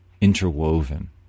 interwoven